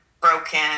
Broken